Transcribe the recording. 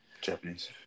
Japanese